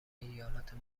ایالات